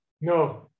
No